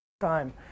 time